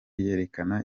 yerekana